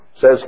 says